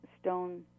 stone